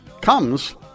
comes